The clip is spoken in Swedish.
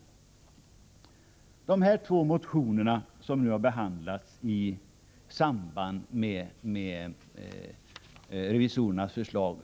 Jag skall så säga några ord om de två motioner som har behandlats i samband med revisorernas förslag.